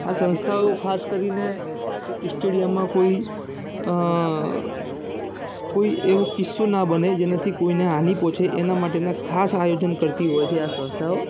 આ સંસ્થાઓ ખાસ કરીને સ્ટેડિયમમાં કોઈ કોઈ એવો કિસ્સો ન બને જેનાથી કોઈને હાની પહોંચે એના માટેના ખાસ આયોજન કરતી હોય છે આ સંસ્થાઓ